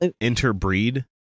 interbreed